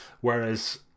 Whereas